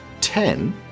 ten